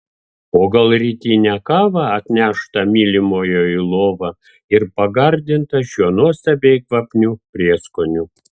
o gal rytinę kavą atneštą mylimojo į lovą į pagardintą šiuo nuostabiai kvapniu prieskoniu